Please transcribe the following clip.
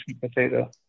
potato